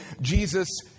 Jesus